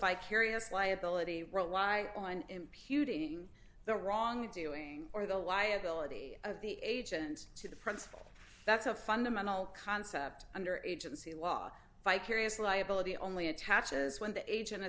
vicarious liability rely on imputing the wrongdoing or the liability of the agent to the principle that's a fundamental concept under agency law vicarious liability only attaches when the agent